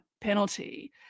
penalty